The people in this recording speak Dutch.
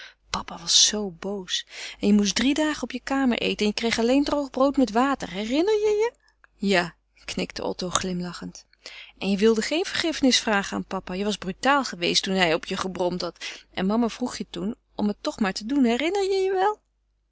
papa was zoo boos en je moest drie dagen op je kamer eten en je kreeg alleen droog brood met water herinner je je ja knikte otto glimlachend en je wilde geen vergiffenis vragen aan papa je was brutaal geweest toen hij op je gebromd had en mama vroeg je toen om het toch maar te doen herinner je je wel